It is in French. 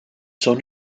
son